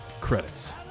Credits